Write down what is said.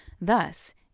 Thus